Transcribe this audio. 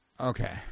Okay